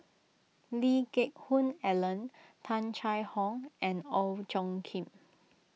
Lee Geck Hoon Ellen Tung Chye Hong and Ong Tjoe Kim